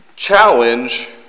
challenge